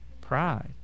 pride